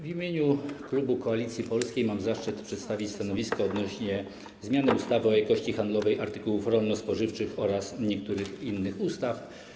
W imieniu klubu Koalicji Polskiej mam zaszczyt przedstawić stanowisko odnośnie do zmiany ustawy o jakości handlowej artykułów rolno-spożywczych oraz niektórych innych ustaw.